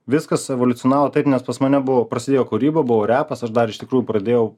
viskas evoliucionavo taip nes pas mane buvo prasidėjo kūryba buvo repas aš dar iš tikrų pradėjau